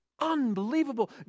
Unbelievable